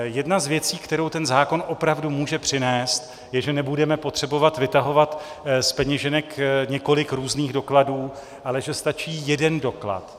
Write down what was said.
Jedna z věcí, kterou ten zákon opravdu může přinést, je, že nebudeme potřebovat vytahovat z peněženek několik různých dokladů, ale že stačí jeden doklad.